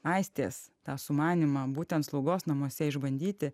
aistės tą sumanymą būtent slaugos namuose išbandyti